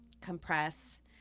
compress